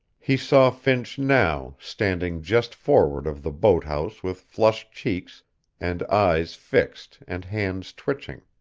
he saw finch now, standing just forward of the boat house with flushed cheeks and eyes fixed and hands twitching.